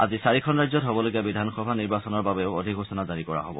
আজি চাৰিখন ৰাজ্যত হবলগীয়া বিধানসভা নিৰ্বাচনৰ বাবেও অধিসূচনা জাৰি কৰা হব